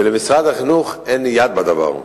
ולמשרד החינוך אין יד בדבר.